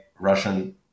Russian